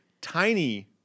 tiny